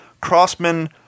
Crossman